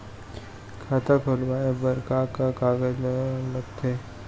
खाता खोलवाये बर का का कागज ल लगथे?